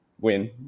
win